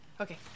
Okay